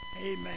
Amen